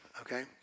okay